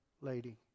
lady